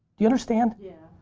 you understand? yeah.